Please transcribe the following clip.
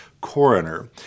Coroner